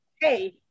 hey